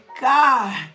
God